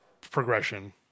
progression